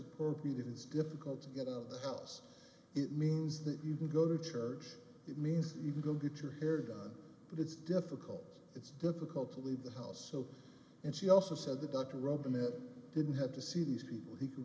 appropriate it is difficult to get out of the house it means that you can go to church it means you can go get your hair done but it's difficult it's difficult to leave the house so and she also said the doctor robinette didn't have to see these people